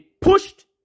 pushed